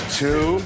two